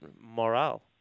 morale